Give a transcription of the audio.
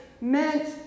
meant